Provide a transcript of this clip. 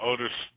Otis